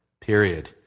Period